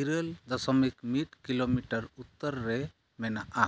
ᱤᱨᱟᱹᱞ ᱫᱚᱥᱚᱢᱤᱠ ᱢᱤᱫ ᱠᱤᱞᱳᱢᱤᱴᱟᱨ ᱩᱛᱛᱚᱨᱨᱮ ᱢᱮᱱᱟᱜᱼᱟ